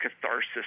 catharsis